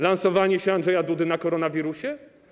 Lansowanie się Andrzeja Dudy na koronawirusie?